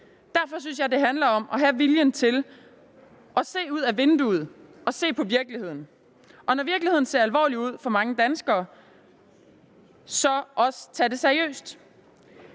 Derfor synes jeg det handler om at have viljen til at se ud af vinduet og se på virkeligheden og så også, når virkeligheden ser alvorlig ud for mange danskere, tage det seriøst.